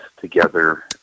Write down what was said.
together